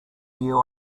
you